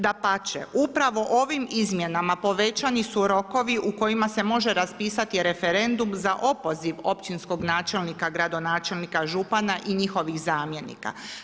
Dapače, upravo ovim izmjenama povećani su rokovi u kojima se može raspisati referendum za opoziv općinskog načelnika, gradonačelnika, župana i njihovih zamjenika.